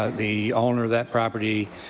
the owner of that property